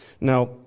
Now